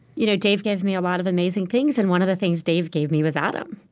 you know dave gave me a lot of amazing things, and one of the things dave gave me was adam.